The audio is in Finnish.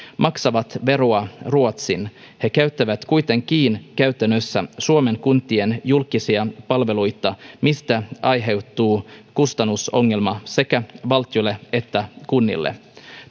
maksavat veroa ruotsiin he käyttävät kuitenkin käytännössä suomen kuntien julkisia palveluita mistä aiheutuu kustannusongelma sekä valtiolle että kunnille